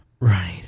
Right